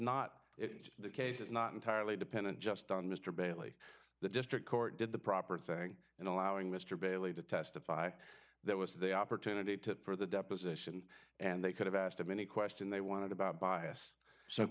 it the case is not entirely dependent just on mr bailey the district court did the proper thing in allowing mr bailey to testify that was the opportunity to further deposition and they could have asked them any question they wanted about bias so